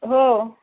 हो